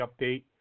update